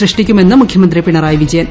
സൃഷ്ടിക്കുമെന്ന് മുഖ്യമന്ത്രി പ്പിണ്റ്റായി വിജയൻ